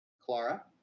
Clara